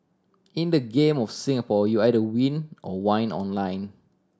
in the game of Singapore you either win or whine online